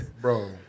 Bro